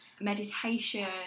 meditation